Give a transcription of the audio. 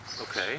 Okay